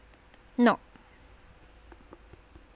nope